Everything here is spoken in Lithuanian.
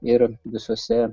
ir visose